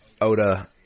Oda